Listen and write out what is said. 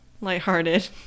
lighthearted